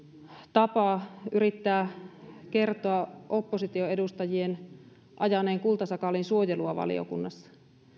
tapa yrittää kertoa oppositioedustajien ajaneen kultasakaalin suojelua valiokunnassa